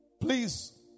Please